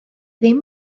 ddim